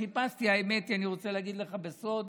חיפשתי, האמת היא, אני רוצה להגיד לך בסוד,